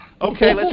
Okay